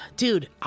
Dude